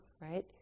right